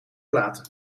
platen